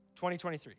2023